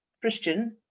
Christian